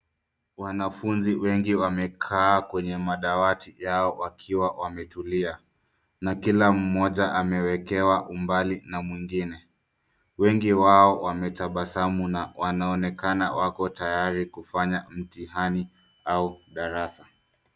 wanafunzi wengi wamekaa kwenye madawati yao wakiwa wametulia na kila mmoja amewekewa umbali na mwengine wengi wao wametabasamu na wanaonekana wako tayari kufanya mtihani au darasa